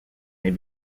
may